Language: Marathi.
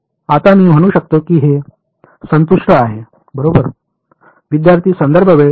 आता मी म्हणू शकतो की हे संतुष्ट आहे बरोबर